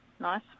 nice